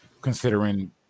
considering